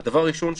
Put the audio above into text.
הדבר הראשון,